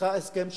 נוסחת הסכם שלום.